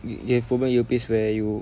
you you have to wear earpiece where you